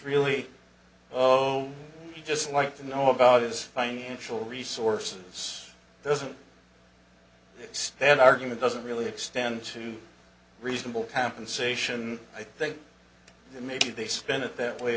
really oh i just like to know about his financial resources doesn't stand argument doesn't really extend to reasonable compensation i think maybe they spend it that way